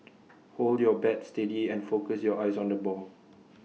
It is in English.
hold your bat steady and focus your eyes on the ball